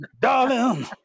Darling